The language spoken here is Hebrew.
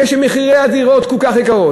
כשמחירי הדירות כל כך יקרים,